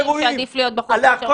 אין בעיה לעשות